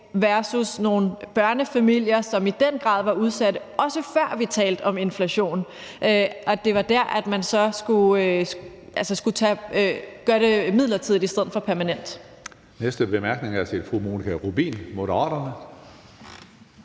versus nogle børnefamilier, som i den grad var udsatte, også før vi talte om inflation, og det så var der, man skulle gøre det midlertidigt i stedet for permanent?